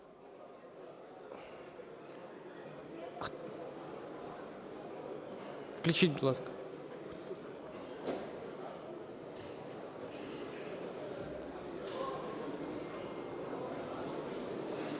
Включіть, будь ласка…